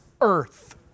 earth